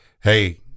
Hey